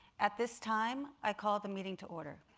at this time, i call the meeting to order.